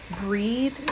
breathe